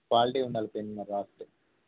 quality ఉండాలియిం మా రాసు